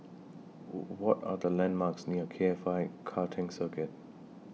What Are The landmarks near K F I Karting Circuit